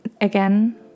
again